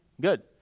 Good